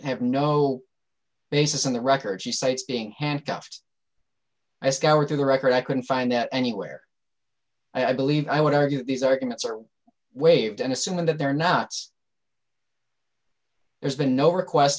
have no basis in the record she cites being handcuffed i scoured through the record i couldn't find that anywhere i believe i would argue that these arguments are waived and assuming that they're not there's been no request